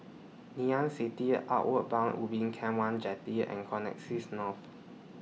Ngee Ann City Outward Bound Ubin Camp one Jetty and Connexis North